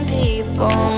people